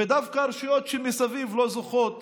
ודווקא הרשויות שמסביב לא זוכות